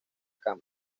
cama